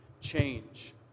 change